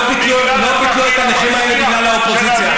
לא ביטלו את הנכים האלה בגלל האופוזיציה.